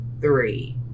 three